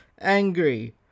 angry